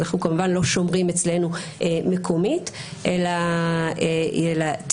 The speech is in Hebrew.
אז אנחנו כמובן לא שומרים אצלנו מקומית אלא תהיה